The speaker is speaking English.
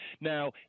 now